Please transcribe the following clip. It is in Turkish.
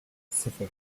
sıfır